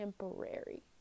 temporary